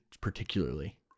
particularly